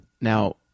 now